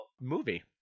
movie